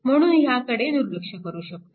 म्हणून ह्याकडे दुर्लक्ष करु शकतो